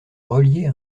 relié